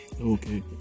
Okay